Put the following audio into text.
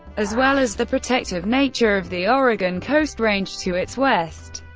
as well as the protective nature of the oregon coast range to its west,